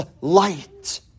light